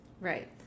Right